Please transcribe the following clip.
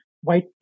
white